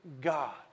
God